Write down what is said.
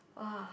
!woah!